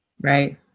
Right